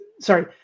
sorry –